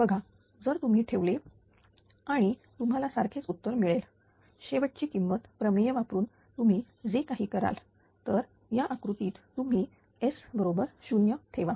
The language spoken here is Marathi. बघा जर तुम्ही ठेवले आणि तुम्हाला सारखेच उत्तर मिळेल शेवटची किंमत प्रमेय वापरून तुम्ही जे काही कराल तर या आकृतीत तुम्ही S बरोबर 0 ठेवा